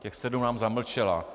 Těch sedm nám zamlčela.